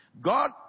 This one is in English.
God